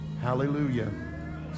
Hallelujah